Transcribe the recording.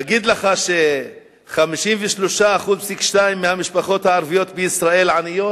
להגיד לך ש-53.2% מהמשפחות הערביות בישראל עניות?